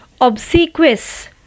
obsequious